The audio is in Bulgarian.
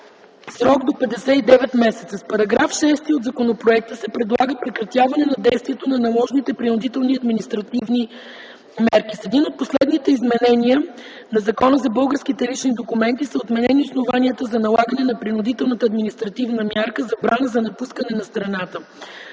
срок до 59 месеца. С § 6 от законопроекта се предлага прекратяване на действието на наложени принудителни административни мерки. С едно от последните изменения на Закона за българските лични документи са отменени основанията за налагане на принудителната административна мярка забрана за напускане на страната.